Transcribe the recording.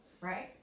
right